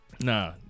Nah